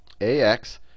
ax